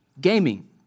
gaming